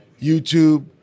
YouTube